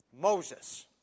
Moses